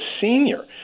senior